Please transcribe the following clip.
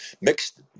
Mixed